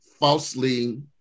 falsely